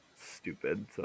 Stupid